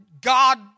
God